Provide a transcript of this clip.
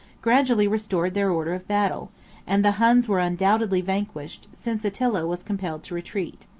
gradually restored their order of battle and the huns were undoubtedly vanquished, since attila was compelled to retreat.